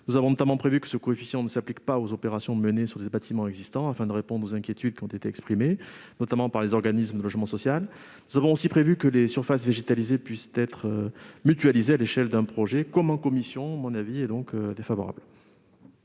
Nous avons notamment prévu que ce coefficient ne s'applique pas aux opérations menées sur des bâtiments existants, afin de répondre aux inquiétudes qui ont été exprimées, notamment par les organismes de logement social. Nous avons aussi prévu que les surfaces végétalisées puissent être mutualisées à l'échelon d'un projet. La commission est donc défavorable